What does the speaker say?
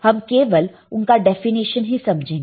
हम केवल उनका डेफिनेशन ही समझेंगे